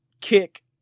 kick